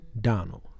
Donald